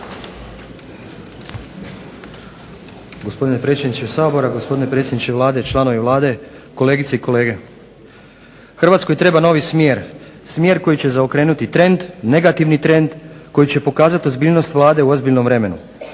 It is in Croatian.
Hrvatskoj treba novi smjer, smjer koji će zaokrenuti trend, negativni trend koji će pokazat ozbiljnost Vlade u ozbiljnom vremenu,